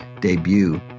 debut